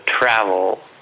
travel